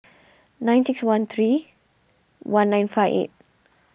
nine six one three one nine five eight